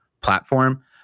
platform